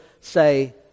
say